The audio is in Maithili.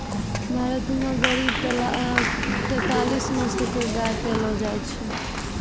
भारत मॅ करीब तेतालीस नस्ल के गाय पैलो जाय छै